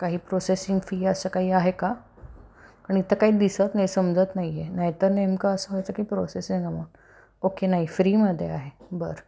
काही processing fee असं काही आहे का कारण इथं काही दिसत नाही समजत नाही आहे नाहीतर नेमकं असं व्हायचं की प्रोसेसिंग अमाऊंट ओके नाही फ्रीमध्ये आहे बरं